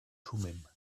thummim